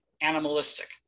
animalistic